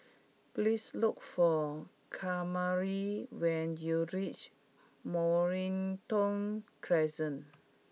please look for Kamari when you reach Mornington Crescent